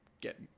get